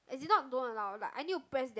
as in not don't allow like I need to press damn